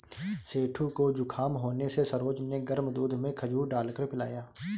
सेठू को जुखाम होने से सरोज ने गर्म दूध में खजूर डालकर पिलाया